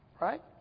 right